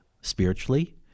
spiritually